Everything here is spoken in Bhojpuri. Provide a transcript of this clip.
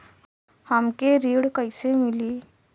हमके ऋण कईसे मिली?